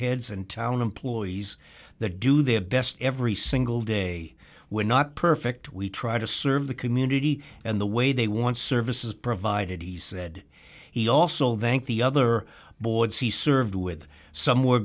heads and town employees that do their best every single day we're not perfect we try to serve the community and the way they want services provided he said he also the other boards he served with some